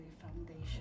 foundation